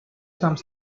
some